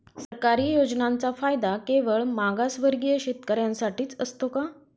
सरकारी योजनांचा फायदा केवळ मागासवर्गीय शेतकऱ्यांसाठीच असतो का?